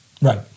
Right